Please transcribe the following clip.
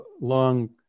long